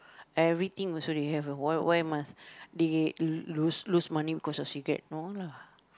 everything also they have why why must they lose lose lose money because of cigarettes no lah